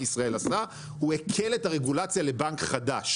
ישראל עשה הוא הקל את הרגולציה לבנק חדש,